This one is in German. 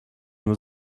nur